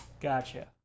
Gotcha